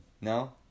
no